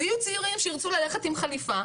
ויהיו צעירים שירצו ללכת עם חליפה,